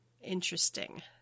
interesting